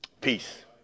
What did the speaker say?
Peace